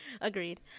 Agreed